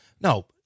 No